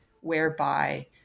whereby